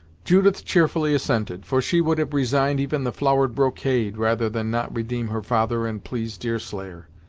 judith cheerfully assented, for she would have resigned even the flowered brocade, rather than not redeem her father and please deerslayer.